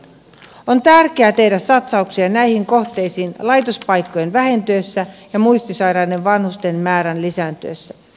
on tärkeää tehdä satsauksia näihin kohteisiin laitospaikkojen vähentyessä ja muistisairaiden vanhusten määrän lisääntyessä